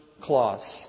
clause